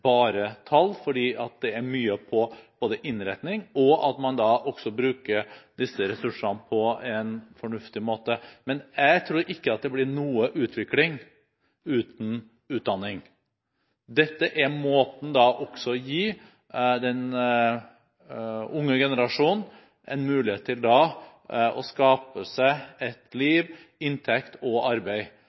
bare tall – for det er mye som gjelder både innretning og at man bruker disse ressursene på en fornuftig måte. Jeg tror ikke at det blir noen utvikling uten utdanning. Dette er måten å gi den unge generasjonen en mulighet til å skape seg et liv, inntekt og arbeid.